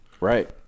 Right